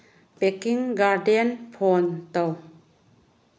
packing Garden phone ꯇꯧ